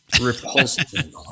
Repulsive